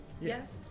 Yes